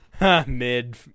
Mid